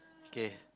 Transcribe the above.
okay